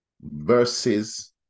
verses